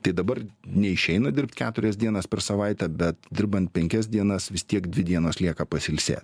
tai dabar neišeina dirbt keturias dienas per savaitę bet dirban penkias dienas vis tiek dvi dienos lieka pasilsėt